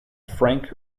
frank